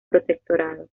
protectorado